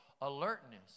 alertness